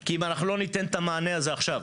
כי אם אנחנו לא ניתן את המענה הזה עכשיו